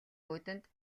үүдэнд